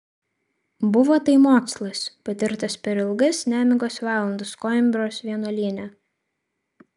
buvo tai mokslas patirtas per ilgas nemigos valandas koimbros vienuolyne